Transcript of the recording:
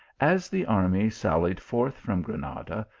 as the army sallied forth from granada,